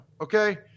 okay